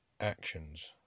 actions